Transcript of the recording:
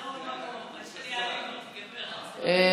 התרבות והספורט נתקבלה.